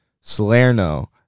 Salerno